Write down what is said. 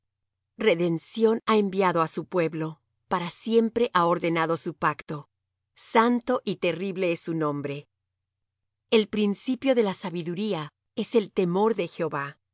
redención ha enviado á su pueblo para siempre ha ordenado su pacto santo y terrible es su nombre el principio de la sabiduría es el temor de jehová